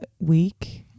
week